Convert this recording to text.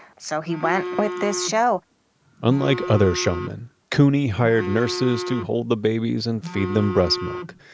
so he went with this show unlike other showmen, couney hired nurses to hold the babies and feed them breastmilk.